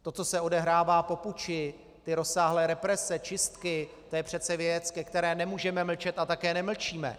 To, co se odehrává po puči, ty rozsáhlé represe, čistky, to je přece věc, ke které nemůžeme mlčet a také nemlčíme.